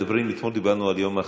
אתמול דיברנו על יום האחדות,